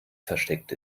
versteckt